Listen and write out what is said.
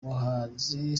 muhanzi